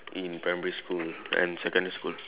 in primary school and secondary school